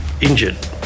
injured